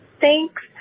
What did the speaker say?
Thanks